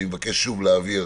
אני מבקש שוב להבהיר